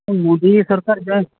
ᱢᱳᱫᱤ ᱥᱚᱨᱠᱟᱨ ᱫᱚᱭ